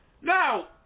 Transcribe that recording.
Now